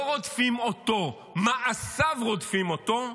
לא רודפים אותו, מעשיו רודפים אותו,